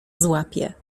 złapie